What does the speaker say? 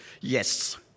Yes